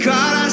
God